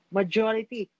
majority